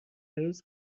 روز